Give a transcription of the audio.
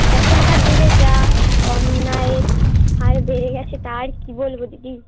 এখনকার দিনে যা অন্যায়ের হার বেড়ে গিয়েছে তা আর কী বলব দিদি